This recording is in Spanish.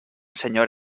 señor